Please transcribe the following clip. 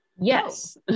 Yes